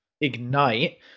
Ignite